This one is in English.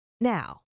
now